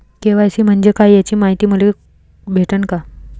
KYC म्हंजे काय याची मायती मले भेटन का?